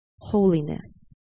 holiness